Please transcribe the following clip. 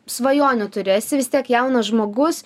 svajonių turi esi vis tiek jaunas žmogus